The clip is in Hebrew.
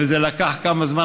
וזה לקח כמה זמן,